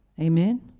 Amen